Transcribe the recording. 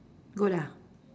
good ah